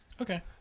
Okay